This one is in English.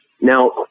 Now